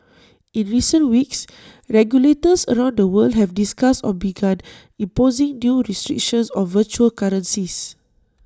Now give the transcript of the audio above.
in recent weeks regulators around the world have discussed or begun imposing new restrictions on virtual currencies